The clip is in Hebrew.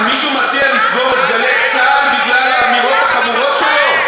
אז מישהו מציע לסגור את "גלי צה"ל" בגלל האמירות החמורות שלו?